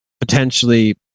potentially